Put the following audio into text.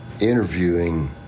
interviewing